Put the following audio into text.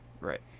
Right